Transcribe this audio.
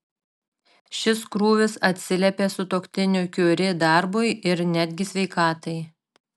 šis krūvis atsiliepia sutuoktinių kiuri darbui ir netgi sveikatai